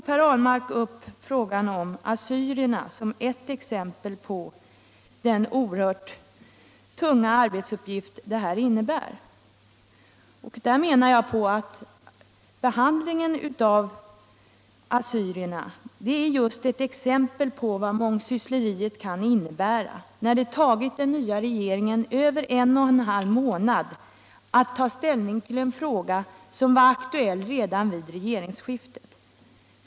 Per Ahlmark tog upp frågan om assyrierna som ett exempel på den oerhört tunga arbetsuppgift som invandrarfrågorna innebär. Där menar jag att behandlingen av assyrierna är just ett exempel på vad mångsyssleriet kan innebära, när det tagit den nya regeringen över en och en halv månad att ta ställning till en fråga som var aktuell redan vid regeringsskiftet.